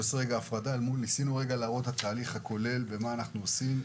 ניסינו להראות את התהליך הכולל ומה אנחנו עושים,